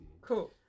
Cool